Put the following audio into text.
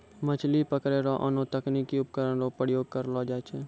मछली पकड़ै रो आनो तकनीकी उपकरण रो प्रयोग करलो जाय छै